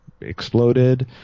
exploded